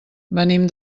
venim